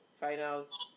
finals